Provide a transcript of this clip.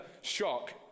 shock